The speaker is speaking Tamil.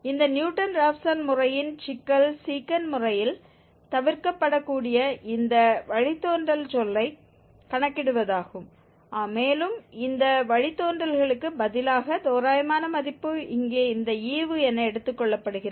இந்த நியூட்டன் ராப்சன் முறையின் சிக்கல் சீக்கன்ட் முறையில் தவிர்க்கப்படக்கூடிய இந்த வழித்தோன்றல் சொல்லைக் கணக்கிடுவதாகும் மேலும் இந்த வழித்தோன்றல்களுக்கு பதிலாக தோராயமான மதிப்பு இங்கே இந்த ஈவு என எடுத்துக் கொள்ளப்படுகிறது